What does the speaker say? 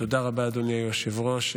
תודה רבה, אדוני היושב-ראש.